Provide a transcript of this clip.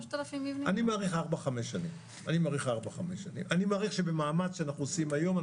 בארבע השנים האחרונות נעשו הרבה דברים ואני